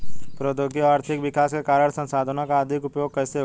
प्रौद्योगिक और आर्थिक विकास के कारण संसाधानों का अधिक उपभोग कैसे हुआ है?